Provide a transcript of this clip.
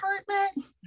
apartment